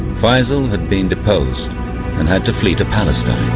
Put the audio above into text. faisal had been deposed and had to flee to palestine.